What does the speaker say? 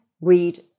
read